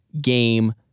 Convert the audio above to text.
game